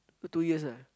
so two years ah